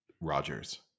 Rodgers